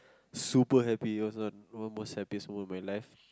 super happy it was the one of the most happy moment of my life